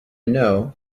know